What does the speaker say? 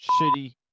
shitty